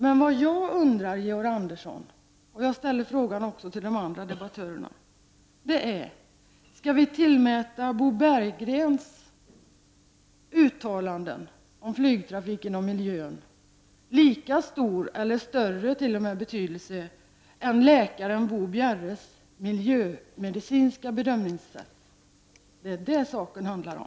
Men jag undrar, Georg Andersson, och jag ställer frågan även till de andra debattörerna: Skall vi tillmäta Bo Berggrens uttalanden om flygtrafiken och miljön lika stor eller t.o.m. större betydelse än läkaren Bo Bjerres miljömedicinska bedömningssätt? Det är det saken handlar om.